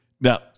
Now